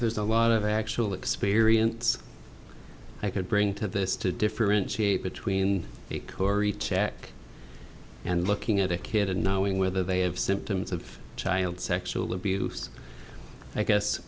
there's a lot of actual experience i could bring to this to differentiate between a corey check and looking at a kid and knowing whether they have symptoms of child sexual abuse i guess